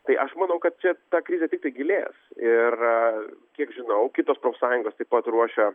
tai aš manau kad čia ta krizė tiktai gilės ir kiek žinau kitos profsąjungos taip pat ruošia